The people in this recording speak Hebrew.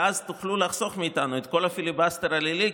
ואז תוכלו לחסוך מאיתנו את כל הפיליבסטר הלילי.